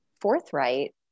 forthright